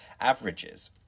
averages